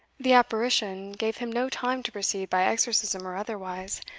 the apparition gave him no time to proceed by exorcism or otherwise,